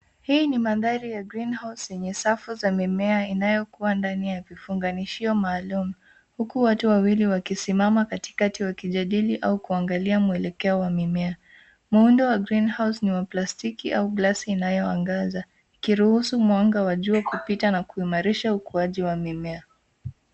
Hii ni mandhari ya green house yenye safu za mimea inayokua ndani ya vifunganishio maalum. Huku watu wawili wakisimama katikati wakijadili au kuangalia mwelekeo wa mimea. Muundo wa green house ni wa plastiki au glasi inayoangaza, ikiruhusu mwanga wa jua kupita na kuimarisha ukuaji wa mimea.